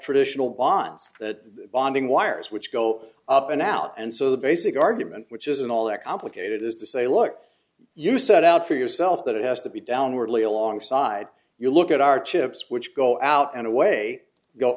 traditional bonds that bonding wires which go up and out and so the basic argument which isn't all that complicated is to say look you set out for yourself that it has to be downwardly alongside you look at our chips which go out and away